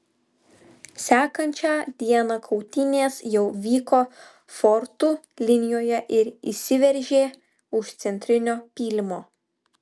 sekančią dieną kautynės jau vyko fortų linijoje ir įsiveržė už centrinio pylimo